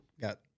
Got